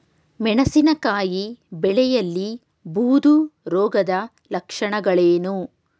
ಮೆಣಸಿನಕಾಯಿ ಬೆಳೆಯಲ್ಲಿ ಬೂದು ರೋಗದ ಲಕ್ಷಣಗಳೇನು?